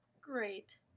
Great